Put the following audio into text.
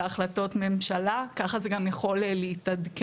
בהחלטות ממשלה, ככה זה גם יכול להתעדכן,